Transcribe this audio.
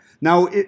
Now